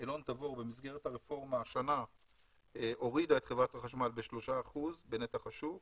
אלון תבור במסגרת הרפורמה השנה הורידה את חברת החשמל ב-3% בנתח השוק